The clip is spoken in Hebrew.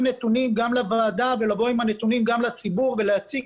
נתונים גם לוועדה ולבוא עם הנתונים גם לציבור ולהציג